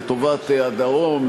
לטובת הדרום,